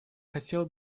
хотела